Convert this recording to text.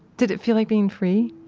did it feel like being free?